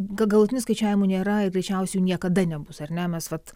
galutinių skaičiavimų nėra ir greičiausiai jų niekada nebus ar ne mes vat